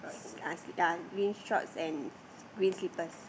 s~ uh s~ uh green shorts and green slippers